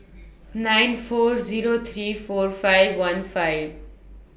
nine four Zero three four five one five